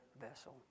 vessel